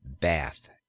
bath